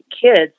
kids